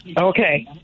Okay